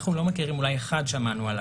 אנחנו לא מכירים, אולי אחד שמענו עליו,